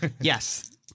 Yes